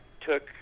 took